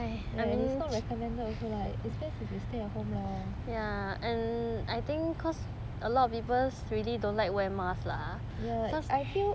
I mean it's not recommended also lah it's best if you stay at home lor I feel